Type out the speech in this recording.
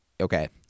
okay